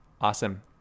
Awesome